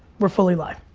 we're fully live.